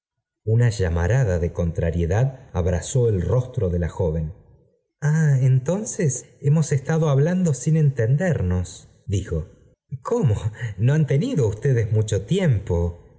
una amarada de contrariedad abrasó el rostro de la joven entonces hemos estado hablando sin entendemos dijo i cómo l na han tenido ustedes mucho tiemp